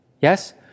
Yes